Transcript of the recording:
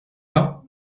pas